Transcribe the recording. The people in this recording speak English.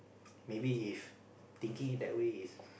maybe if thinking it that way is